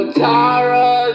tara